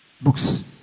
Books